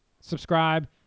subscribe